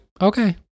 okay